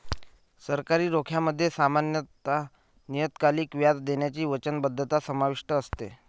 सरकारी रोख्यांमध्ये सामान्यत नियतकालिक व्याज देण्याची वचनबद्धता समाविष्ट असते